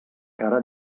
cara